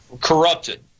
corrupted